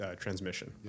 transmission